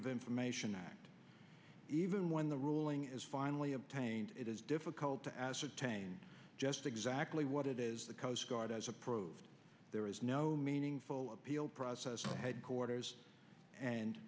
of information act even when the ruling is finally obtained it is difficult to ascertain just exactly what it is the coast guard has approved there is no meaningful appeal process headquarters and